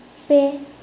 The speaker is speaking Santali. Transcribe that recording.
ᱯᱮ